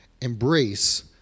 Embrace